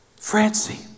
Francie